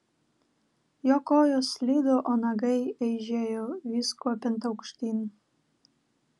jo kojos slydo o nagai eižėjo vis kopiant aukštyn